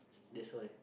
that's why